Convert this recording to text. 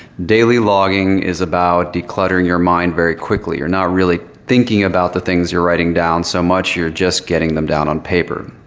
daily logging is about decluttering your mind very quickly. you're not really thinking about the things you're writing down so much. you're just getting them down on paper.